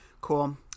Cool